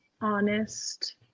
honest